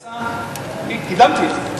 נעשה לפני, אני קידמתי את זה.